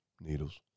needles